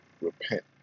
repent